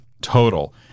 total